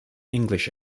english